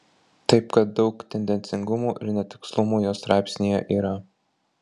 taip kad daug tendencingumų ir netikslumų jos straipsnyje yra